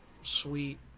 sweet